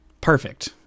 perfect